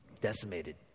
Decimated